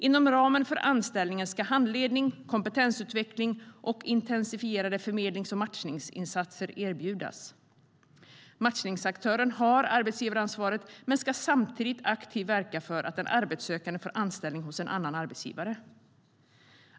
Inom ramen för anställningen ska handledning, kompetensutveckling och intensifierade förmedlings och matchningsinsatser erbjudas. Matchningsaktören har arbetsgivaransvaret men ska samtidigt aktivt verka för att den arbetssökande får anställning hos en annan arbetsgivare.